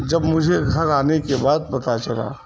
جب مجھے گھر آنے کے بعد پتا چلا